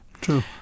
True